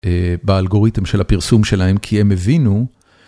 באלגוריתם של הפרסום שלהם, כי הם הבינו.